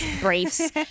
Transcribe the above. briefs